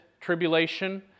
tribulation